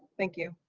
thank you.